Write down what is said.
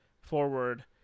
forward